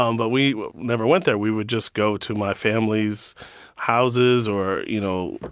um but we never went there. we would just go to my family's houses or, you know,